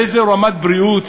באיזו רמת בריאות,